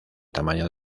tamaño